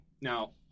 now